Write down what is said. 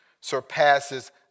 surpasses